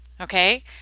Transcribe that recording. Okay